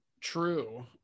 True